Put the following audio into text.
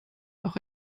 auch